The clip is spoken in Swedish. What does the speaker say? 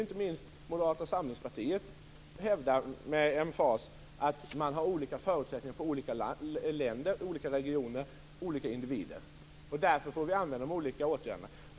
Inte minst Moderata samlingspartiet brukar med emfas hävda att man har olika förutsättningar i olika länder och i olika regioner och att det är fråga om olika individer. Därför får vi vidta olika åtgärder.